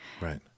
right